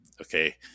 Okay